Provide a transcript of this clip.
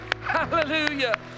hallelujah